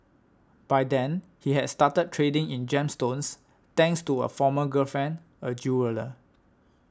by then he had started trading in gemstones thanks to a former girlfriend a jeweller